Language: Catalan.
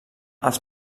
als